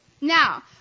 now